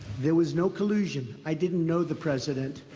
there was no collusion. i didn't know the president.